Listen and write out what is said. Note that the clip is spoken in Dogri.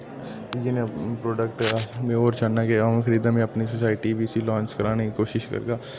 इयै नेह् प्रोडक्ट में होर चाह्न्नां के आ'ऊं खरीदां में अपनी सोसाइटी बी इसी लांच कराने दी कोशिश करगा